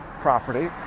property